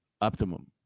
Optimum